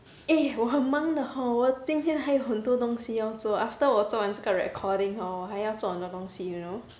eh 我很忙的 hor 我今天还有很多东西要做 after 我做完这个 recording hor 我还要做很多东西 you know